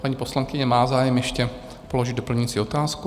Paní poslankyně má zájem ještě položit doplňující otázku.